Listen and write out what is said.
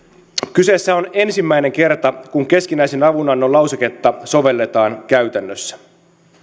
kyseessä on ensimmäinen kerta kun keskinäisen avunannon lauseketta sovelletaan käytännössä